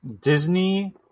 Disney